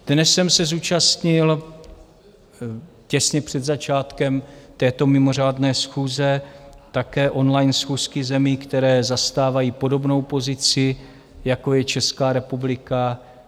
Dnes jsem se zúčastnil těsně před začátkem této mimořádné schůze také online schůzky zemí, které zastávají podobnou pozici jako Česká republika.